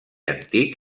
antic